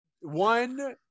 one